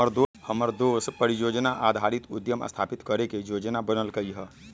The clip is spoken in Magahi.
हमर दोस परिजोजना आधारित उद्यम स्थापित करे के जोजना बनलकै ह